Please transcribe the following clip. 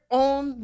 own